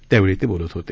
त्यावेळी ते बोलत होते